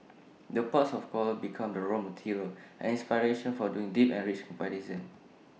the ports of call become the raw material and inspiration for doing deep and rich comparison